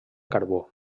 carbó